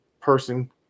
person